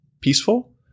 peaceful